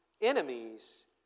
enemies